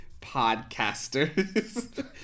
podcasters